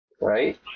Right